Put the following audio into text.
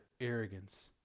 arrogance